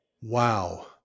Wow